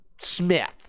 Smith